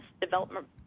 development